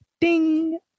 Ding